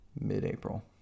mid-April